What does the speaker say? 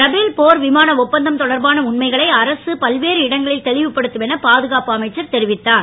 Rafale போர் விமான ஒப்பந்தம் தொடர்பான உண்மைகளை அரசு பல்வேறு இடங்களில் தெளிவுப்படுத்தும் என பாதுகாப்பு அமைச்சர் தெரிவித்தார்